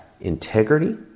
integrity